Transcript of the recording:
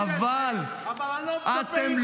אבל -- אבל אני כבר לא מצפה ממך יותר לכלום.